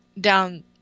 down